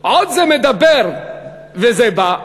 עוד זה מדבר וזה בא,